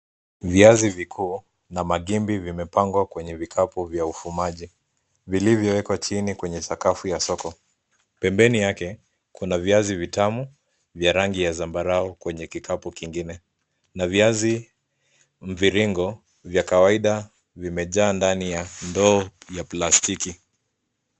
Viazi vikuu na magimbi vimepangwa kwenye vikapu vya ufumaji vilivyowekwa chini kwenye sakafu ya soko. Pembeni yake kuna viazi vitamu vya rangi ya zambarau kwenye kikapu kingine na viazi mviringo vya kawaida vimejaa ndani ya ndoo ya plastiki.